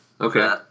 Okay